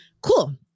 Cool